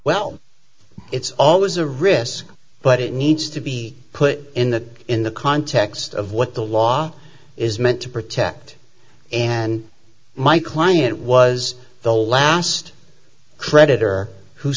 well it's always a risk but it needs to be put in that in the context of what the law is meant to protect and my client was the last creditor who